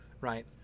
right